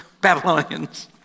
Babylonians